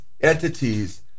entities